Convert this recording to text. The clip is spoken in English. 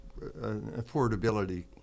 affordability